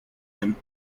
him